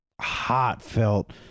heartfelt